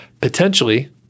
potentially